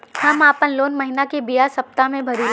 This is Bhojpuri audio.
हम आपन लोन महिना के बजाय सप्ताह में भरीला